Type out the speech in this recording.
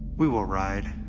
we will ride,